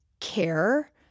care